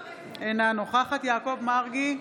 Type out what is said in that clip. אינה נוכחת יעקב מרגי,